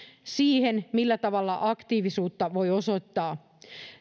siihen millä tavalla aktiivisuutta voi osoittaa